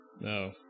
No